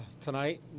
Tonight